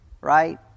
Right